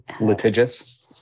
Litigious